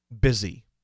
busy